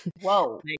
Whoa